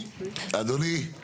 אדוני, מכובדי,